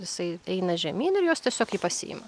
jisai eina žemyn ir jos tiesiog jį pasiima